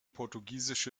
portugiesische